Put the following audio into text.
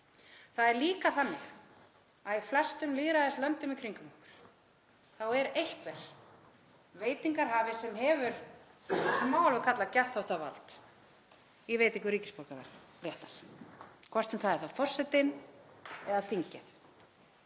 Það er líka þannig að í flestum lýðræðislöndum í kringum okkur er einhver veitingarhafi sem hefur það sem má alveg kalla geðþóttavald í veitingu ríkisborgararéttar, hvort sem það er þá forsetinn eða þingið.